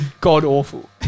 god-awful